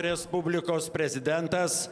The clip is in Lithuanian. respublikos prezidentas